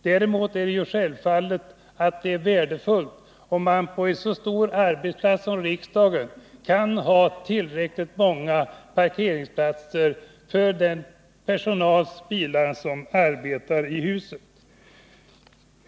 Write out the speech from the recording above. Däremot är det självfallet värdefullt om man på en så stor arbetsplats som riksdagen kan ha tillräckligt många parkeringplatser för den personal som arbetar i riksdagen.